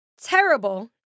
terrible